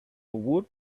woot